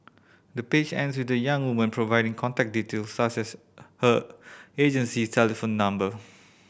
the page ends with the young woman providing contact detail such as her agency telephone number